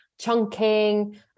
chunking